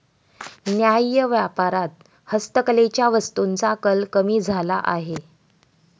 न्याय्य व्यापारात हस्तकलेच्या वस्तूंचा कल कमी झाला आहे